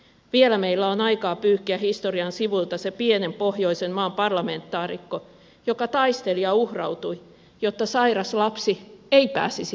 vielä meillä on aikaa pyyhkiä historian sivuilta se pienen pohjoisen maan parlamentaarikko joka taisteli ja uhrautui jotta sairas lapsi ei pääsisi lääkäriin